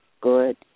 Good